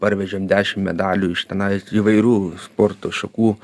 parvežėm dešim medalių iš tenais įvairių sporto šakų